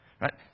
Right